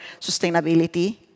sustainability